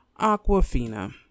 Aquafina